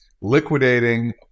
liquidating